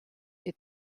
est